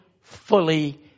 fully